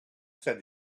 said